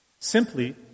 Simply